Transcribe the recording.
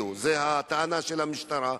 זו הטענה של המשטרה,